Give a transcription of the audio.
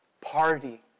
party